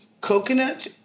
coconut